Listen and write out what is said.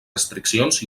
restriccions